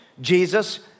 Jesus